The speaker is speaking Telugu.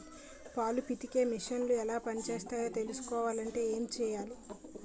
పాలు పితికే మిసన్లు ఎలా పనిచేస్తాయో తెలుసుకోవాలంటే ఏం చెయ్యాలి?